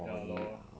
ya lor